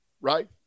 right